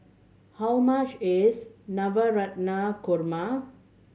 how much is Korma